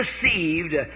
deceived